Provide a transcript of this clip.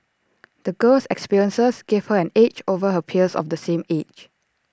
the girl's experiences gave her an edge over her peers of the same age